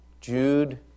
Jude